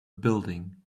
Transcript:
building